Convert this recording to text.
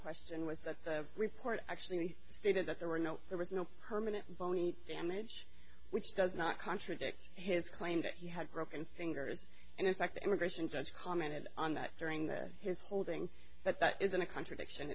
question was that the report actually stated that there were no there was no permanent vonnie damage which does not contradict his claim that he had broken fingers and in fact the immigration judge commented on that during the his holding that that isn't a contradiction